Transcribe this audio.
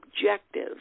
objective